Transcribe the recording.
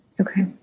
Okay